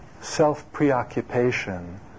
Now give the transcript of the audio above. self-preoccupation